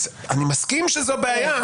אני מסכים שזו בעיה.